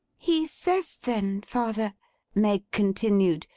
he says then, father meg continued,